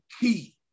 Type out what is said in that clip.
key